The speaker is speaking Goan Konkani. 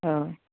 अं